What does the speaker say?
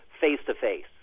face-to-face